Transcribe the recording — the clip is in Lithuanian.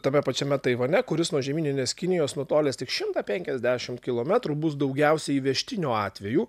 tame pačiame taivane kuris nuo žemyninės kinijos nutolęs tik šimtą penkiasdešimt kilometrų bus daugiausiai įvežtinių atvejų